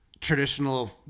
traditional